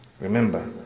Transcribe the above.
Remember